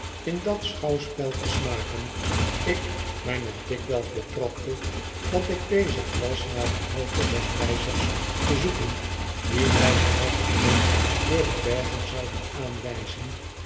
in dat schouwspel te smaken ik mij nog dikwijls betrapte dat ik bezig was naar de houten wegwijzers te zoeken die mij den rechten w t eg dooide bergen zouden aanwijzen